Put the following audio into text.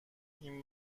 این